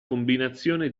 combinazione